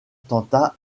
tenta